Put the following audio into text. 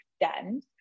extend